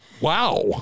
Wow